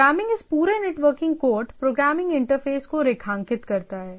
programming इस पूरे networking code programming interface को रेखांकित करता है